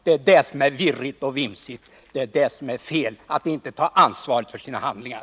Det är det som är virrigt och vimsigt, det är det som är fel — att inte ta ansvar för sina handlingar.